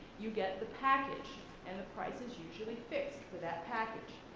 you get the package and the price is usually fixed for that package.